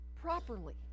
properly